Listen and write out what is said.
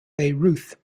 bayreuth